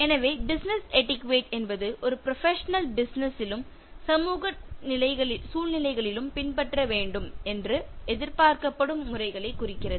எனவே பிசினஸ் எட்டிக்யுட்டே என்பது ஒரு ப்ரொபஷனல் பிசினஸ் லும் சமூக சூழ்நிலைகளிலும் பின்பற்றப்பட வேண்டும் என்று எதிர்பார்க்கப்படும் முறைகளைக் குறிக்கிறது